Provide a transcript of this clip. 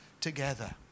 together